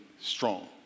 strong